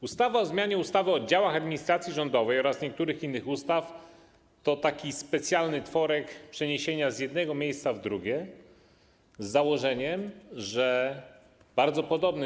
Ustawa o zmianie ustawy o działach administracji rządowej oraz niektórych innych ustaw to taki specjalny tworek, przeniesienie z jednego miejsca w drugie, z założeniem bardzo podobnym.